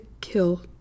kill